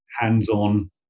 hands-on